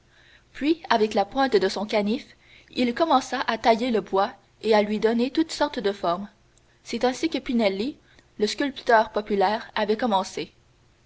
puis avec la pointe de son canif il commença à tailler le bois et à lui donner toutes sortes de formes c'est ainsi que pinelli le sculpteur populaire avait commencé